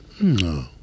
No